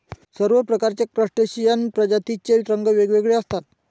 सर्व प्रकारच्या क्रस्टेशियन प्रजातींचे रंग वेगवेगळे असतात